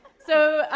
so,